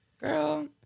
girl